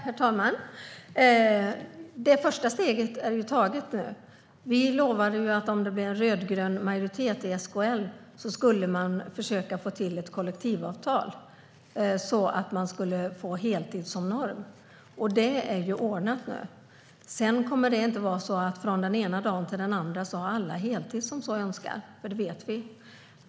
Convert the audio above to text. Herr talman! Det första steget är taget nu. Vi lovade ju att man skulle försöka få till ett kollektivavtal om det blev en rödgrön majoritet i SKL, så att man skulle få heltid som norm. Det är ordnat nu. Sedan kommer det inte från den ena dagen till den andra att bli så att alla som så önskar har heltid. Det vet vi.